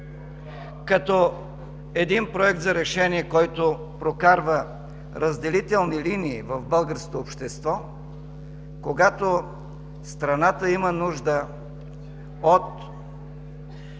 като Проект за решение, който прокарва разделителни линии в българското общество, когато страната има нужда от